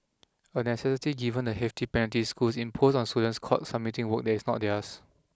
a necessity given the hefty penalties schools impose on students caught submitting work that is not theirs